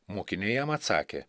mokiniai jam atsakė